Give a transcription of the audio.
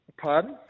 Pardon